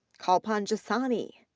kalpan jasani,